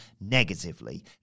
negatively